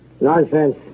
Nonsense